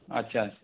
अच्छा अच्छा